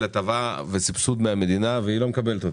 הטבה וסבסוד מהמדינה והיא לא מקבלת אותה.